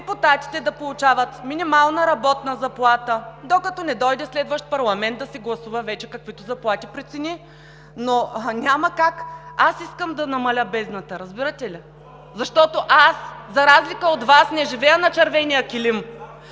депутатите да получават минимална работна заплата, докато не дойде следващ парламент да си гласува вече каквито заплати прецени. Аз искам да намаля бездната, разбирате ли? Защото аз, за разлика от Вас, не живея на червения килим.